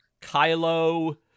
Kylo